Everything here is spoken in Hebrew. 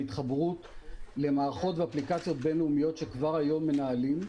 והתחברות למערכות ואפליקציות בין-לאומיות שכבר היום מנהלים.